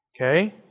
okay